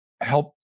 help